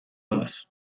doaz